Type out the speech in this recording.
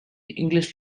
english